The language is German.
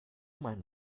mein